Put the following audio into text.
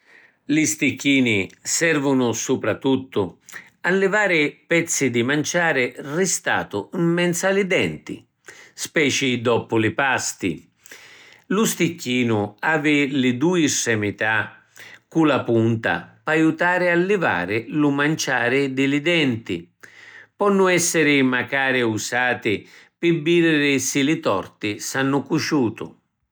Li sticchini servunu supratuttu a livari pezzi di manciari ristatu in menzu a li denti, speci doppu li pasti. Lu sticchinu havi li dui stremità cu la punta p’aiutari a livari lu manciari di li denti. Ponnu essiri macari usati pi vidiri si li torti s’hannu cuciutu.